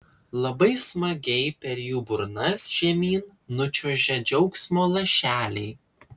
labai smagiai per jų burnas žemyn nučiuožia džiaugsmo lašeliai